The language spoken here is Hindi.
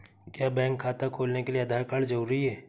क्या बैंक खाता खोलने के लिए आधार कार्ड जरूरी है?